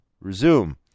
resume